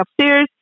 upstairs